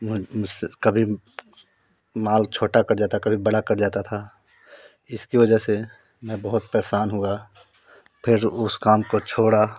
मुझ मुझसे कभी माल छोटा कट जाता कभी बड़ा कट जाता था इसकी वजह से मैं बहुत परेशान हुआ फिर उस काम को छोड़ा